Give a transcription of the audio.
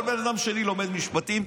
כל בן אדם שני לומד משפטים,